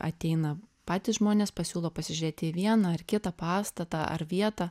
ateina patys žmonės pasiūlo pasižiūrėti į vieną ar kitą pastatą ar vietą